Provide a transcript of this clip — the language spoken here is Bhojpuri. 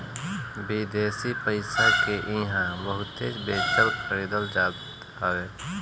विदेशी पईसा के इहां बहुते बेचल खरीदल जात हवे